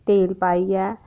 तेल पाइयै